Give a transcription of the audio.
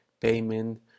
payment